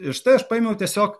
ir štai aš paėmiau tiesiog